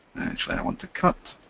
actually i want to cut.